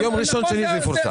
ביום ראשון-שני זה יפורסם.